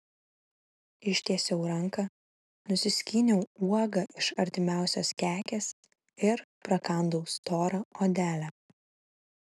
ištiesiau ranką nusiskyniau uogą iš artimiausios kekės ir prakandau storą odelę